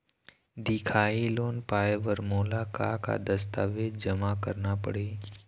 दिखाही लोन पाए बर मोला का का दस्तावेज जमा करना पड़ही?